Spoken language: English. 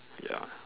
ya